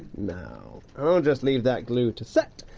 now, i'll just leave that glue to set,